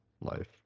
life